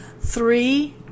three